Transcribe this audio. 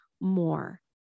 more